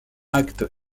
acte